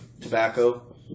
tobacco